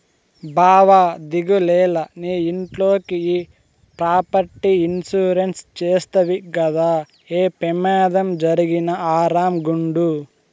బావా దిగులేల, నీ ఇంట్లోకి ఈ ప్రాపర్టీ ఇన్సూరెన్స్ చేస్తవి గదా, ఏ పెమాదం జరిగినా ఆరామ్ గుండు